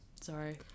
Sorry